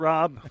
Rob